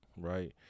right